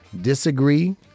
disagree